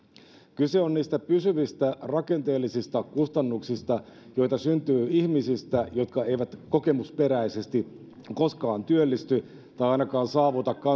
kyse on niistä pysyvistä rakenteellisista kustannuksista joita syntyy ihmisistä jotka eivät kokemusperäisesti koskaan työllisty tai ainakaan saavuta